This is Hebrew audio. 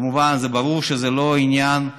כמובן, זה ברור שזה לא עניין,